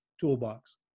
toolbox